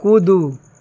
कूदू